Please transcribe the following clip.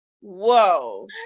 whoa